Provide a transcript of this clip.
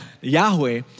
Yahweh